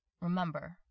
Remember